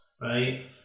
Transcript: right